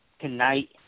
tonight